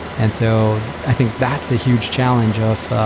and so i think that's a huge challenge of,